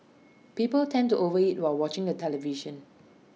people tend to over eat while watching the television